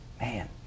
Man